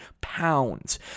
pounds